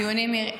דיונים מהירים,